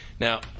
Now